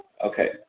Okay